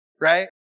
right